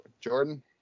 Jordan